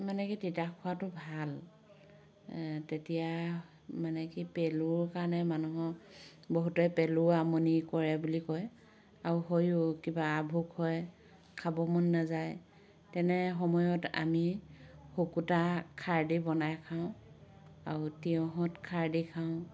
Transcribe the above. মানে কি তিতা খোৱাতো ভাল তেতিয়া মানে কি পেলুৰ কাৰণে মানুহৰ বহুতৰে পেলু আমনি কৰে বুলি কয় আৰু হয়ো কিবা আভোক হয় খাব মন নাযায় তেনে সময়ত আমি শুকুতা শাক খাৰ দি বনাই খাওঁ আৰু তিয়ঁহত খাৰ দি খাওঁ